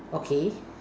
okay